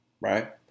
right